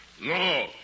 No